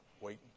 waiting